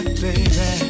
baby